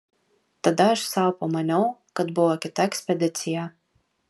tada aš sau pamaniau kad buvo kita ekspedicija